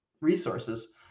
resources